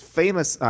famous